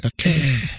Okay